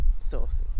sources